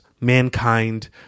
mankind